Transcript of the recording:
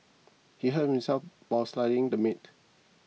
he hurt himself while slicing the meat